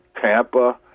Tampa